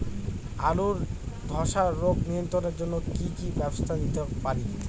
আলুর ধ্বসা রোগ নিয়ন্ত্রণের জন্য কি কি ব্যবস্থা নিতে পারি?